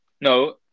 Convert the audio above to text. no